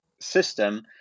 system